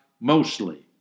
mostly